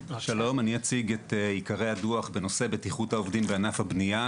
אציג את עיקרי הדוח בנושא בטיחות העובדים בענף הבנייה,